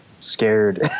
scared